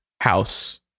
house